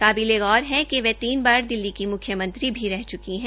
काबिले गौर है कि वह तीन बार दिल्ली की मुख्यमंत्री रह चुकी हैं